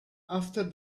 after